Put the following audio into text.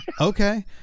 Okay